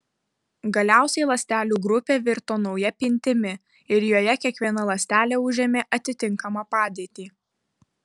galiausiai ląstelių grupė virto nauja pintimi ir joje kiekviena ląstelė užėmė atitinkamą padėtį